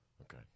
Okay